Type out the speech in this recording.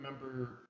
remember